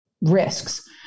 risks